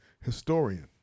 historian